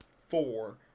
four